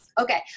Okay